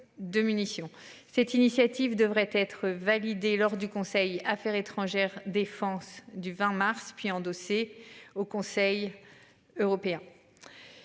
Cette initiative devrait être validé lors du Conseil Affaires étrangères défense du 20 mars puis endossée au Conseil. Européen.